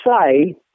say